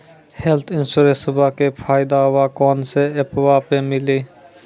Health इंश्योरेंसबा के फायदावा कौन से ऐपवा पे मिली?